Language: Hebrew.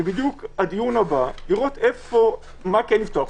זה בדיוק הדיון הבא, לראות מה כן לפתוח.